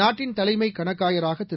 நாட்டின் தலைமைகணக்காயராகதிரு